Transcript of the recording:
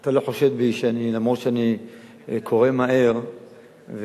אתה לא חושד בי, אף שאני קורא מהר ואתה